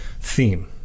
theme